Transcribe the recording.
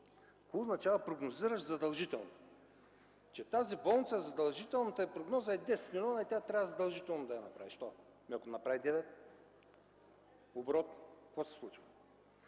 Какво означава „прогнозираш задължително”?! Че в тази болница задължителната й прогноза е 10 милиона и тя трябва задължително да я направи? Защо?! Ами ако направи 9 оборот, какво се случва?